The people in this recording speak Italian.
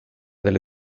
delle